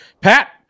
Pat